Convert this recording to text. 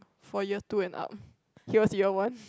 for year two and up he was year one